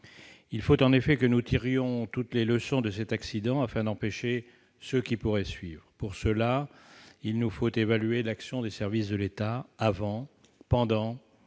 Il faut en effet que nous tirions toutes les leçons de cet accident pour pouvoir en empêcher d'autres. Pour cela, il nous faut évaluer l'action des services de l'État avant, pendant